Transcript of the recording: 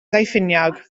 daufiniog